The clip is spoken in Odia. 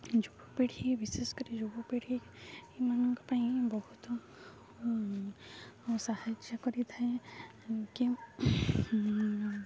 ଯୁବପିଢ଼ି ବିଶେଷ କରି ଯୁବପିଢ଼ିମାନଙ୍କ ପାଇଁ ବହୁତ ସାହାଯ୍ୟ କରିଥାଏ କି